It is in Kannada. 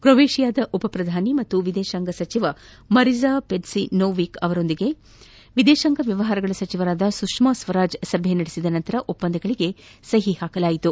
ಕ್ರೊವೇಷಿಯಾದ ಉಪಪ್ರಧಾನಿ ಹಾಗೂ ವಿದೇಶಾಂಗ ಸಚಿವ ಮರೀಜಾ ಪೆಜ್ಜ ನೋವಿಕ್ ಅವರೊಂದಿಗೆ ವಿದೇಶಾಂಗ ವ್ಯವಹಾರಗಳ ಸಚಿವೆ ಸುಷ್ನಾ ಸ್ವರಾಜ್ ಸಭೆ ನಡೆಸಿದ ನಂತರ ಒಪ್ಪಂದಗಳಿಗೆ ಸಹಿ ಹಾಕಲಾಯಿತು